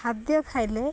ଖାଦ୍ୟ ଖାଇଲେ